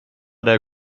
der